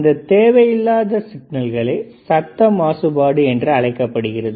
இந்த தேவையில்லாத சிக்னல்களே சத்த மாசுபாடு என்று அழைக்கப்படுகிறது